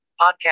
podcast